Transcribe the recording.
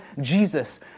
Jesus